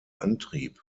antrieb